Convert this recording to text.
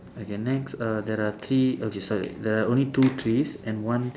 okay next err there are three okay sorry there are only two trees and one